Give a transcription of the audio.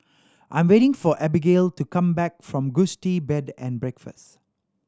I'm waiting for Abigale to come back from Gusti Bed and Breakfast